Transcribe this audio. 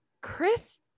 Chris